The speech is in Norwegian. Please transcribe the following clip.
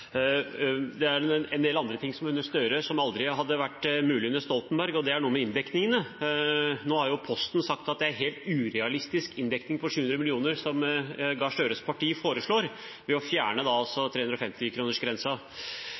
Det er en del annet under Gahr Støre som aldri hadde vært mulig under Stoltenberg, og det har noe med inndekningen å gjøre. Nå har jo Posten sagt at det er en helt urealistisk inndekning på 700 mill. kr – som Gahr Støres parti foreslår – ved å fjerne